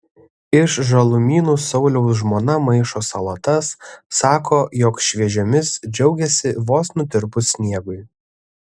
iš žalumynų sauliaus žmona maišo salotas sako jog šviežiomis džiaugiasi vos nutirpus sniegui